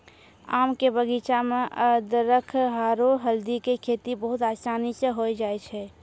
आम के बगीचा मॅ अदरख आरो हल्दी के खेती बहुत आसानी स होय जाय छै